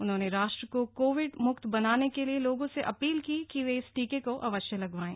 उन्होंने राष्ट्र को कोविड म्क्त बनाने के लिए लोगों से अपील की कि वे इस टीके को अवश्य लगवाएं